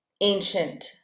ancient